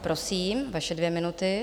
Prosím, vaše dvě minuty.